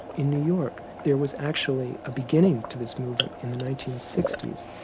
in new york there was actually a beginning to this movement in the nineteen sixty s.